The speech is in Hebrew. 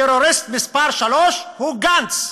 טרוריסט מספר שלוש הוא גנץ.